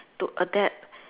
to adapt